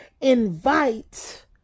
invite